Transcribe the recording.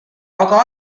aga